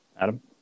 Adam